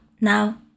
Now